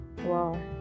Wow